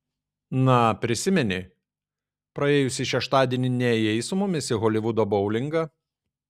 na prisimeni praėjusį šeštadienį nėjai su mumis į holivudo boulingą